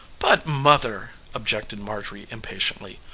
but, mother, objected marjorie impatiently,